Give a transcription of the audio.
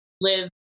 live